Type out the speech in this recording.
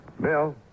Bill